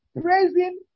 praising